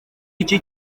iki